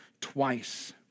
twice